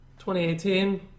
2018